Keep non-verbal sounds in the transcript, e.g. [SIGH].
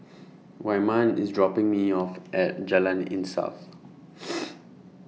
Wyman IS dropping Me off At Jalan Insaf [NOISE]